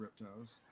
reptiles